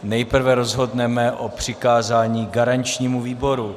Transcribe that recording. Nejprve rozhodneme o přikázání garančnímu výboru.